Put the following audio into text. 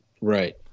Right